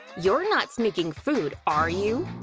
you're not sneaking food, are you?